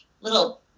little